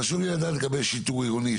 חשוב לי לדעת לגבי שיטור עירוני,